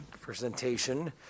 presentation